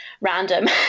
random